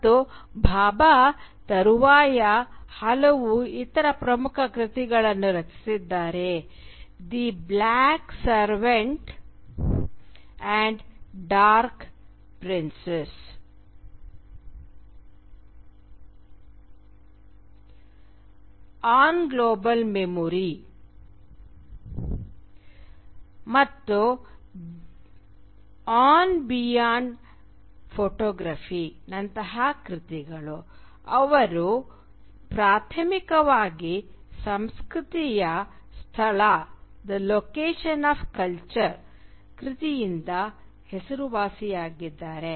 ಮತ್ತು ಭಾಭಾ ತರುವಾಯ ಹಲವಾರು ಇತರ ಪ್ರಮುಖ ಕೃತಿಗಳನ್ನು ರಚಿಸಿದ್ದಾರೆ the black savant and the dark princess on global memory ಮತ್ತು ಬಿಯಾಂಡ್ ಫೋಟೋಗ್ರಫಿ ನಂತಹ ಕೃತಿಗಳು ಅವರು ಪ್ರಾಥಮಿಕವಾಗಿ "ಸಂಸ್ಕೃತಿಯ ಸ್ಥಳ" ಕೃತಿಯಿಂದ ಹೆಸರುವಾಸಿಯಾಗಿದ್ದಾರೆ